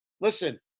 Listen